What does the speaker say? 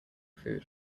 food